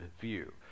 view